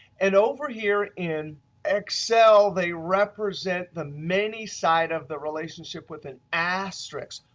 and over here in excel they represent the many side of the relationship with an asterisk.